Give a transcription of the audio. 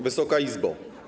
Wysoka Izbo!